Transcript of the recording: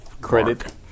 credit